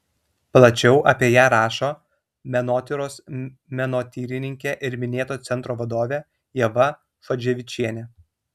plačiau apie ją rašo menotyros menotyrininkė ir minėto centro vadovė ieva šadzevičienė